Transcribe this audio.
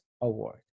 award